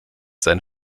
sein